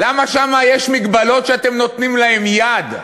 למה שם יש הגבלות שאתם נותנים להן יד,